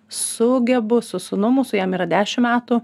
sugebu su sūnum mūsų jam yra dešim metų